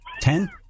Ten